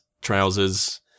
trousers